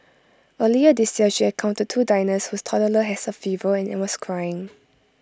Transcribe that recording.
earlier this year she encountered two diners whose toddler has A fever and was crying